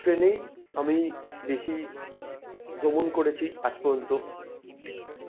ট্রেনেই আমি বেশি ভ্রমণ করেছি আজ পর্যন্ত